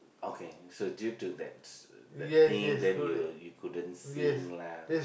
okay so due to that's that thing then you you couldn't sing lah